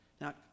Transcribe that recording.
Now